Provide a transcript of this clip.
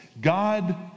God